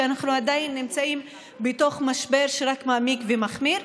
כשאנחנו עדיין נמצאים בתוך משבר שרק מעמיק ומחמיר.